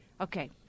Okay